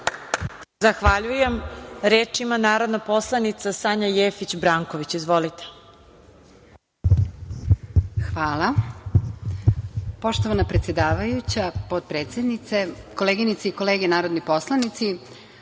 Zahvaljujem. Reč ima narodna poslanica Sanja Jefić Branković. Izvolite.